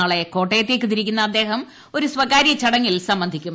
നാളെ കോട്ടയത്തേക്ക് തിരിക്കുന്ന അദ്ദേഹം ഒരു സ്വകാര്യ ചടങ്ങിൽ സംബന്ധിക്കും